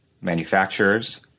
manufacturers